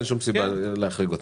אין שום סיבה להחריג אותם.